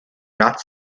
not